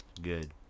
good